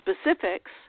specifics